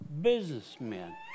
businessmen